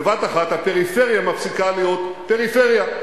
בבת אחת הפריפריה מפסיקה להיות פריפריה.